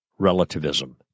relativism